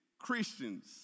Christians